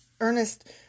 Ernest